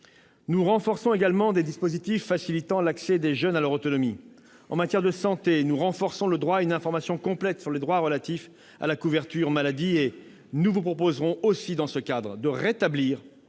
Nous consolidons également des dispositifs facilitant l'accès des jeunes à leur autonomie. Ainsi, en matière de santé, nous renforçons le droit à une information complète sur les droits relatifs à la couverture maladie. Nous vous proposerons en outre, dans ce cadre, de rétablir